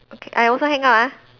okay I also hang up ah